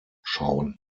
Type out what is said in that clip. schauen